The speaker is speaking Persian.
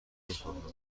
خواهم